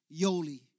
Yoli